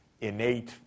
innate